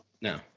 No